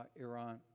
Iran